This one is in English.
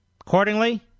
Accordingly